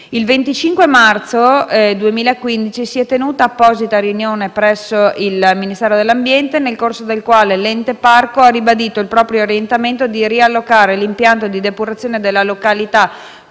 Il 25 marzo 2015 si è tenuta apposita riunione presso il Ministero dell'ambiente, nel corso della quale l'Ente parco ha ribadito il proprio orientamento di riallocare l'impianto di depurazione dalla località